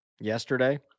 yesterday